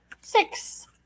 six